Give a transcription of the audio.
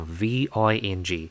ving